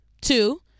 Two